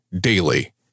daily